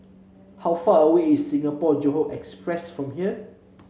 how far away is Singapore Johore Express from here